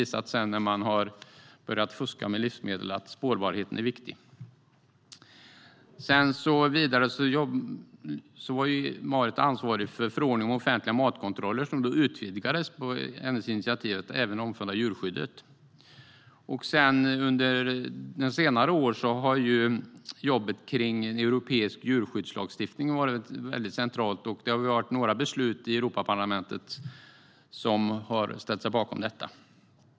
När man har börjat fuska med livsmedel har det visat sig att spårbarheten är viktig. Vidare var Marit ansvarig för förordningen om offentliga matkontroller som sedan utvidgades på hennes initiativ så att den omfattar även djurskyddet. Under senare år har arbetet för europeisk djurskyddslagstiftning varit centralt. Det har fattats några beslut om det i Europaparlamentet.